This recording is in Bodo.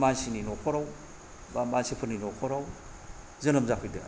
मानसिनि न'खराव बा मानसिफोरनि न'खराव जोनोम जाफैदों आरो